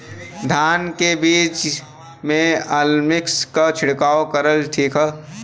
धान के बिज में अलमिक्स क छिड़काव करल ठीक ह?